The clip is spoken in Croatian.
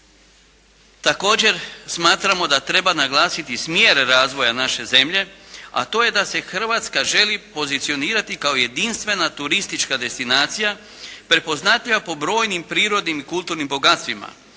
Također smatramo da treba naglasiti smjer razvoja naše zemlje, a to je da se Hrvatska želi pozicionirati kao jedinstvena turistička destinacija, prepoznatljiva po brojnim prirodnim i kulturnim bogatstvima,